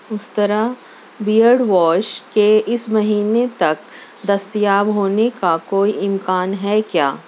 استرا beard wash کے اس مہینے تک دستیاب ہونے کا کوئی امکان ہے کیا